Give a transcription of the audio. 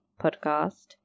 podcast